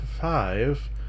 five